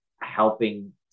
helping